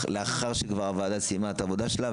לאחר שכבר הוועדה סיימה את העבודה שלה,